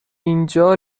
اینجا